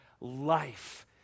life